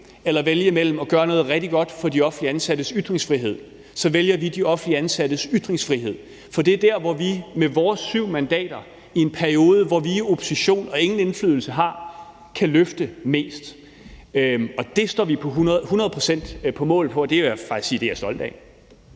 ingenting eller at gøre noget rigtig godt for de offentligt ansattes ytringsfrihed, så vælger vi de offentligt ansattes ytringsfrihed, for det er der, hvor vi med vores syv mandater i en periode, hvor vi er i opposition og ingen indflydelse har, kan løfte mest. Det står vi hundrede procent på mål for, og det vil jeg faktisk sige, at jeg er stolt af.